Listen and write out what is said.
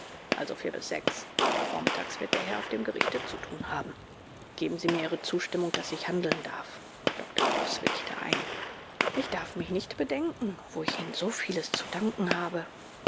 also vier bis sechs denn vormittags wird der herr auf dem gerichte zu tun haben geben sie mir ihre zustimmung daß ich handeln darf dr bruchs willigte ein ich darf mich nicht bedenken wo ich ihnen so vieles zu danken habe